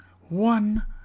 One